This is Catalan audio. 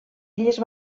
illes